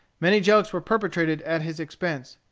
many jokes were perpetrated at his expense.